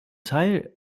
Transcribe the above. teil